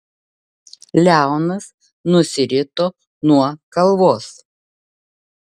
leonas nusirito nuo kalvos